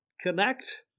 Connect